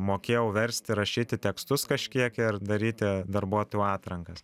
mokėjau versti rašyti tekstus kažkiek ir daryti darbuotojų atrankas